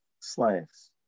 slaves